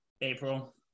April